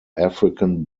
african